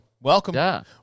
welcome